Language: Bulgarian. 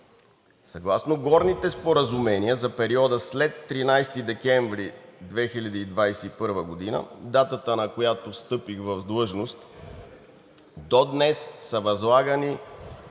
Съгласно горните споразумения за периода след 13 декември 2021 г. – датата, на която встъпих в длъжност, до днес са възлагани,